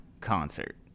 concert